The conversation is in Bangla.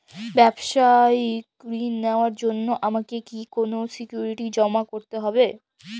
ব্যাবসায়িক ঋণ নেওয়ার জন্য আমাকে কি কোনো সিকিউরিটি জমা করতে হবে?